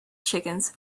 chickens